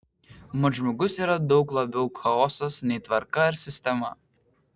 mat žmogus yra daug labiau chaosas nei tvarka ar sistema